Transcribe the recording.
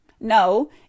no